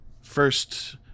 First